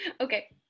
Okay